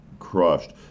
crushed